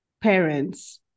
parents